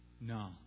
No